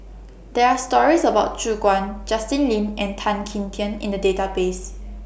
There Are stories about Ju Guan Justin Lean and Tan Kim Tian in The Database